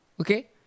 Okay